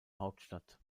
hauptstadt